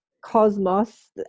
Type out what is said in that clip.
cosmos